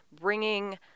bringing